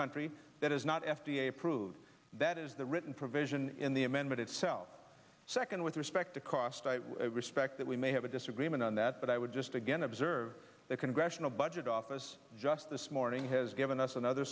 country that is not f d a approved that is the written provision in the amendment itself second with respect to cost i respect that we may have a disagreement on that but i would just again observe the congressional budget office just this morning has given us another